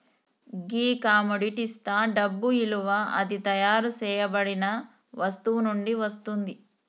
గీ కమొడిటిస్తా డబ్బు ఇలువ అది తయారు సేయబడిన వస్తువు నుండి వస్తుంది